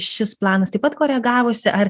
šis planas taip pat koregavosi